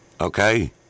Okay